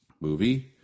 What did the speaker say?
movie